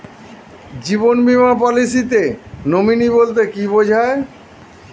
জীবন বীমা পলিসিতে নমিনি বলতে কি বুঝায়?